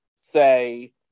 say